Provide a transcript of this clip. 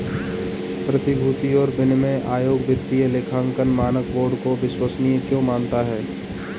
प्रतिभूति और विनिमय आयोग वित्तीय लेखांकन मानक बोर्ड को विश्वसनीय क्यों मानता है?